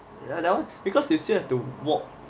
ya that one because you still have to walk